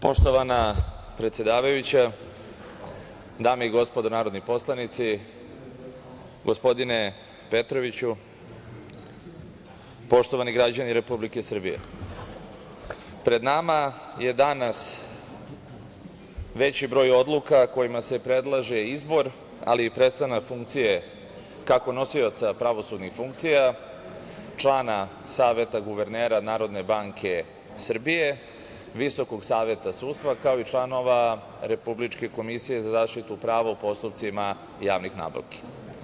Poštovana predsedavajuća, dame i gospodo narodni poslanici, gospodine Petroviću, poštovani građani Republike Srbije, pred nama je danas veći broj odluka kojima se predlaže izbor, ali i prestanak funkcije, kako nosioca pravosudnih funkcija, člana Saveta guvernera NBS, VSS, kao i članova Republičke komisije za zaštitu prava u postupcima javnih nabavki.